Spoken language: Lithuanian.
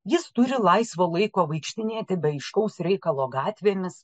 jis turi laisvo laiko vaikštinėti be aiškaus reikalo gatvėmis